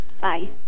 Bye